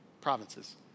provinces